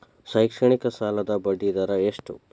ಶೈಕ್ಷಣಿಕ ಸಾಲದ ಬಡ್ಡಿ ದರ ಎಷ್ಟು?